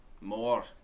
More